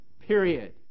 Period